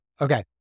Okay